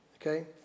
Okay